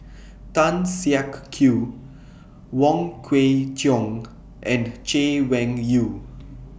Tan Siak Kew Wong Kwei Cheong and Chay Weng Yew